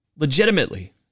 legitimately